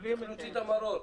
מקבלים את זה.